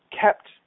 kept